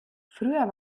früher